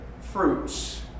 fruits